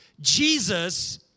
Jesus